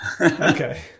Okay